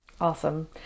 Awesome